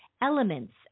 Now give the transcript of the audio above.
Elements